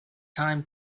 time